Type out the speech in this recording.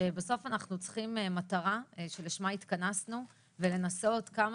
שאנחנו צריכים מטרה שלשמה התכנסנו ולנסות כמה